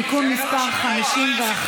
תגיד,